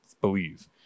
believe